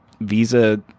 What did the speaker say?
visa